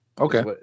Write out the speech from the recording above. Okay